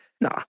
Nah